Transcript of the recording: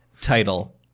Title